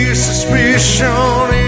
suspicion